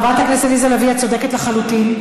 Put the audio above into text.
חברת הכנסת עליזה לביא, את צודקת לחלוטין.